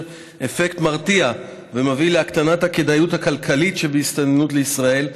אפקט מרתיע ומביא להקטנת הכדאיות הכלכלית שבהסתננות לישראל,